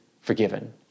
forgiven